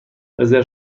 رزرو